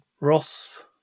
Ross